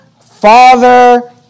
father